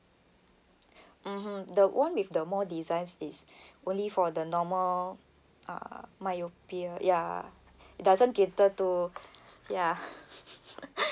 mmhmm the one with the more designs is only for the normal uh myopia ya it doesn't cater to ya